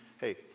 Hey